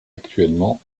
actuellement